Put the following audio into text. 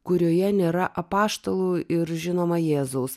kurioje nėra apaštalų ir žinoma jėzaus